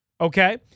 okay